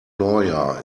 lawyer